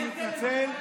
אני מתנצל.